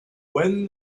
when